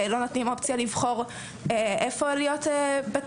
לא נותנים אופציה לבחור איפה להיות בטיול.